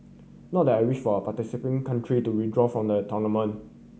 not that I wish for participating country to withdraw from the tournament